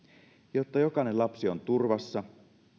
jotta jokainen lapsi on turvassa